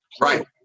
Right